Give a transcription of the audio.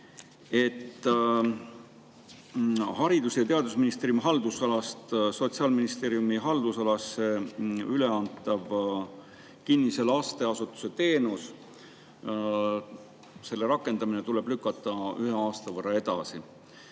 Haridus- ja Teadusministeeriumi haldusalast Sotsiaalministeeriumi haldusalasse üleantava kinnise lasteasutuse teenuse rakendamine tuleb lükata ühe aasta võrra edasi.